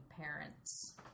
parents